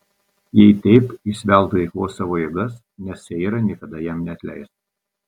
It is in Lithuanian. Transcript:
jei taip jis veltui eikvos savo jėgas nes seira niekad jam neatleis